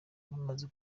bamaze